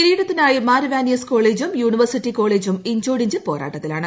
കിരീടത്തിനായി മാർഇവാനിയസ് കോളേജും യൂണിവേഴ്സിറ്റി കോളേജും ഇഞ്ചോടിഞ്ച് പോരാട്ടത്തിലാണ്